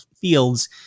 fields